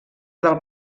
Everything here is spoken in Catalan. del